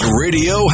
radio